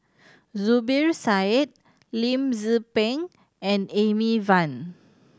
Zubir Said Lim Tze Peng and Amy Van